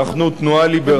אנחנו תנועה ליברלית,